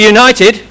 United